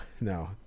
No